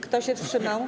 Kto się wstrzymał?